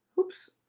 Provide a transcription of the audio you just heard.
oops